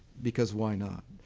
because why not.